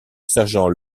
sergent